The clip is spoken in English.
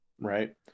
Right